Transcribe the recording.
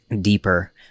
Deeper